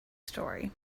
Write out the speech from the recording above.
story